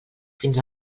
fins